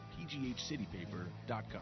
pghcitypaper.com